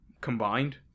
combined